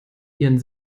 ihren